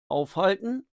aufhalten